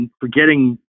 forgetting